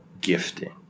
gifting